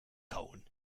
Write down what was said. kauen